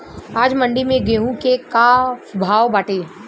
आज मंडी में गेहूँ के का भाव बाटे?